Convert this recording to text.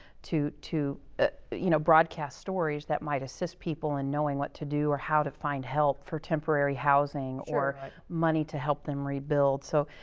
to, you know, broadcast stories that might assist people in knowing what to do or how to find help for temporary housing, or money to help them rebuild. so,